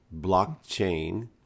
blockchain